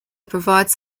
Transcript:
provides